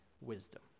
wisdom